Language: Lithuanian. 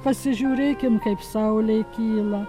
pasižiūrėkim kaip saulė kyla